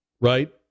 right